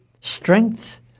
strength